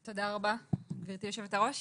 (הצגת מצגת) תודה רבה, גברתי היושבת-ראש.